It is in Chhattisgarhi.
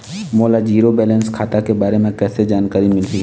मोला जीरो बैलेंस खाता के बारे म कैसे जानकारी मिलही?